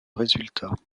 résultat